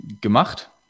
gemacht